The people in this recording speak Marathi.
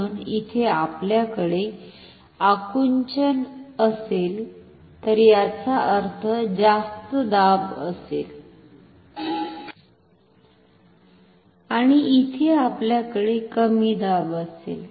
म्हणून इथे आपल्याकडे आकुंचन असेल तर याच अर्थ जास्त दाब असेल आणि इथे आपल्याकडे कमी दाब असेल